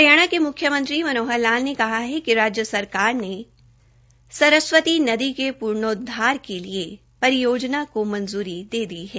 हरियाणा के मुख्यमंत्री मनोहर लाल ने कहा है कि राज्य सरकार ने सरस्वती नदी के पुनरोद्वार के लिए एक परियोजना को मंजूरी दे दी है